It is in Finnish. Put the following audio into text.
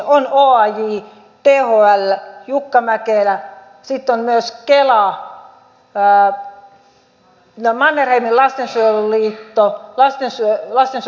on oaj thl jukka mäkelä sitten on myös kela mannerheimin lastensuojeluliitto lastensuojelun keskusliitto